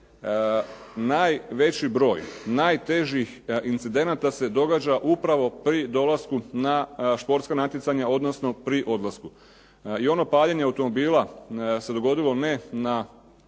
najveći broj najtežih incidenata se događa upravo pri dolasku na športska natjecanja, odnosno pri odlasku. I ono paljenje automobila se dogodilo ne na,